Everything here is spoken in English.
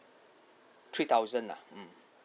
three thousand lah mm